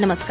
नमस्कार